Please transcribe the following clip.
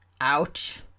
ouch